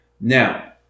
Now